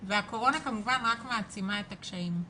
והקורונה כמובן רק מעצימה את הקשיים.